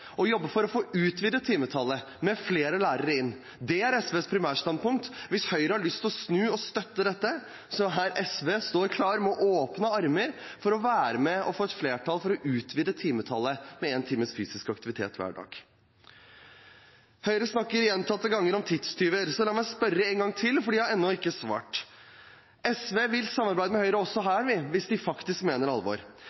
og jobbe for å få utvidet timetallet og få flere lærere inn. Det er SVs primærstandpunkt. Hvis Høyre har lyst til å snu og støtte dette, står SV klar med åpne armer for å være med på å få et flertall for å utvide timetallet med én times fysisk aktivitet hver dag. Høyre snakker gjentatte ganger om tidstyver, så la meg spørre en gang til, for de har ennå ikke svart. SV vil samarbeide med Høyre også